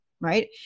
right